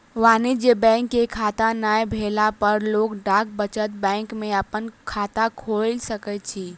वाणिज्य बैंक के खाता नै भेला पर लोक डाक बचत बैंक में अपन खाता खोइल सकैत अछि